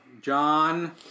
John